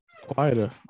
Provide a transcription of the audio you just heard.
quieter